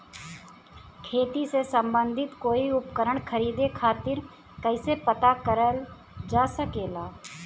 खेती से सम्बन्धित कोई उपकरण खरीदे खातीर कइसे पता करल जा सकेला?